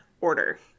order